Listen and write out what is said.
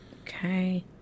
Okay